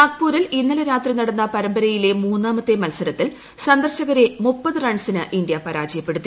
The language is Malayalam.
നാഗ്പൂരിൽ ഇന്നലെ രാത്രി നടന്ന പരമ്പരയിലെ മൂന്നാമത്തെ മത്സരത്തിൽ സന്ദർശകരെ ദ്ദാ റൺസിന് ഇന്ത്യ പരാജയപ്പെടുത്തി